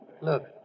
Look